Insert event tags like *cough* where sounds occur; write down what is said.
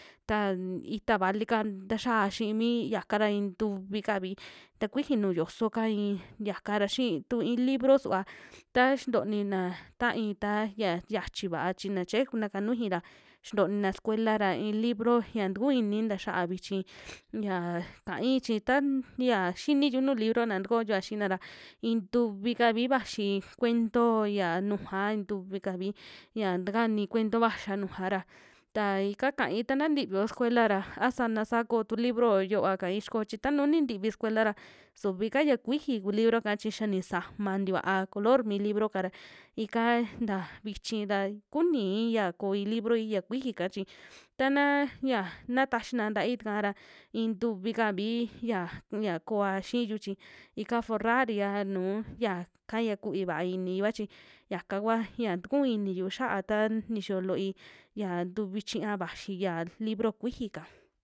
Ta ita valika taxia xii mi yaka ra i'i ntuvi kavi ta kuiji nuju yosoo'ka ii yaka ra, xii tu i'i libro suva ta xintonina taai ta yia yachi va'a chi na cheje kuna'ka nujui ra xintonina sucuela ra i'i libro, ya tukuu ini xaa vichi *noise* yaa kai chi ta ya xini nuu libro'na takoyoa xiina ra i'in tuvi kavi vaxi cuento ya nujua, ntuvi kavi ñia takani cuento vaxia nujua ra, ta ika kai tana ntivio sucuela ra, a sana saa ko'o tu libro'o yova kaai xokoo chi tanuu nintivi sucuela ra, suvi'ka ya kuiji ku libroka chi xa nisama tikua color mi libro'ka ra, ika nta vichi ra kunii ya koo i'i librooi ya kuiji'ka chi tanaa ya, na taxiina ntaai takaa ra i'in tuvi kavii ya ña kooa xiiyu chi, ika forrar'yia nuu yaka, ya kuvi vaa iniyua chi yaka kua ya tukuu iniyu xa'a taa nixiyo looi ya ntuvi chiña vaxi ya libro kuiji'ka.